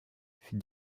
fut